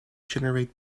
generate